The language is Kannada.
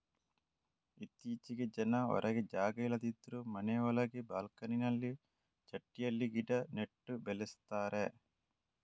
ಇತ್ತೀಚೆಗೆ ಜನ ಹೊರಗೆ ಜಾಗ ಇಲ್ಲದಿದ್ರೂ ಮನೆ ಒಳಗೆ ಬಾಲ್ಕನಿನಲ್ಲಿ ಚಟ್ಟಿಯಲ್ಲಿ ಗಿಡ ನೆಟ್ಟು ಬೆಳೆಸ್ತಾರೆ